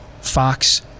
Fox